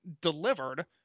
delivered